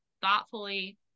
thoughtfully